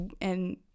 and-